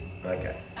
Okay